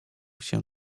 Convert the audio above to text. się